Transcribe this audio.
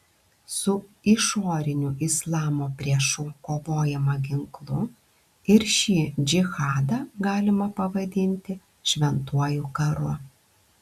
su išoriniu islamo priešu kovojama ginklu ir šį džihadą galima pavadinti šventuoju karu